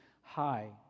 high